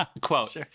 quote